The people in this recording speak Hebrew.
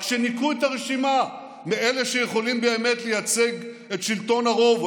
רק שניקו את הרשימה מאלה שיכולים באמת לייצג את שלטון הרוב,